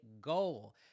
goal